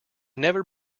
never